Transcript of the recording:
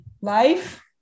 life